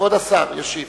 כבוד השר ישיב.